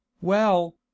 Well